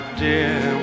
dear